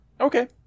Okay